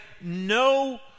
no